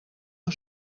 een